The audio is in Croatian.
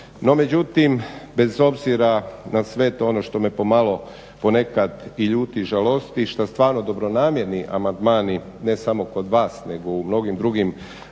No međutim, bez obzira na sve ono što me pomalo ponekad i ljudi i žalosti što stvarno dobronamjerni amandmani ne samo kod vas nego u mnogim drugim